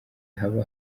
haba